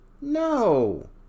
no